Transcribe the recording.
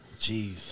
Jeez